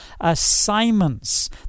assignments